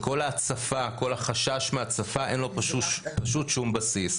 של החשש מהצפה, אין לו פשוט שום בסיס.